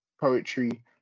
poetry